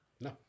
No